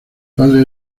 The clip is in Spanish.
padre